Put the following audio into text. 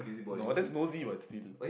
no that's nosy [what] still